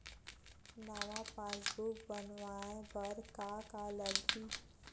नवा पासबुक बनवाय बर का का लगही?